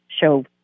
show